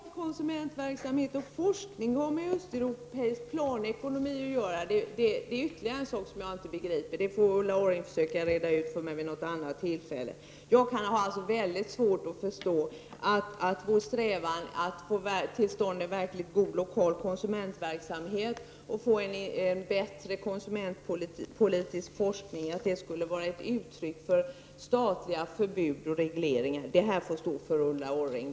Herr talman! Vad konsumentverksamhet och forskning har med östeuropeisk planekonomi att göra är ytterligare en sak som jag inte begriper. Det får Ulla Orring reda ut vid något annat tillfälle. Jag har alltså mycket svårt att förstå att vår strävan att få till stånd en verkligt lokal god konsumentverksamhet och en bättre konsumentpolitisk forskning skulle vara ett uttryck för statliga förbud och regleringar. Det får stå för Ulla Orring.